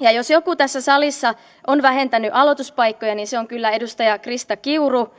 ja jos joku tässä salissa on vähentänyt aloituspaikkoja niin se on kyllä edustaja krista kiuru